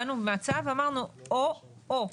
באנו עם הצעה ואמרנו או או.